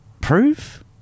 prove